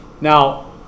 Now